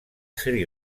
sri